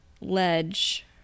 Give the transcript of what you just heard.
ledge